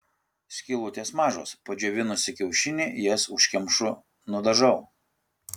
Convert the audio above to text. skylutės mažos padžiovinusi kiaušinį jas užkemšu nudažau